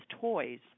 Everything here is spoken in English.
toys